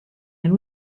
and